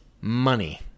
money